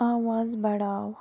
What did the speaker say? آواز بڑاو